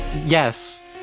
yes